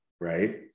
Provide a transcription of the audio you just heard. right